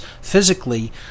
physically